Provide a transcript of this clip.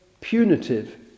punitive